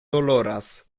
doloras